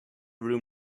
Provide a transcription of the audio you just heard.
room